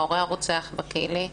ההורה הרוצח בכלא.